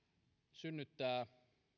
synnyttää